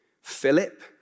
Philip